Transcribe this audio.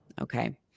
Okay